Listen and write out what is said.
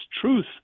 truth